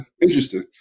Interesting